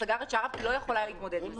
סגר את שעריו כי לא יכול היה להתמודד עם זה.